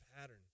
pattern